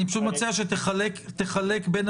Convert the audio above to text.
אני פשוט מציע שתחלק את הסופרלטיבים